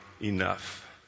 enough